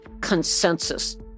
consensus